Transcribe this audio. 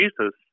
Jesus